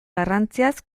garrantziaz